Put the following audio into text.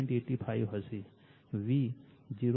85 હશે V 0